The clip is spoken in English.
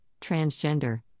transgender